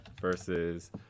versus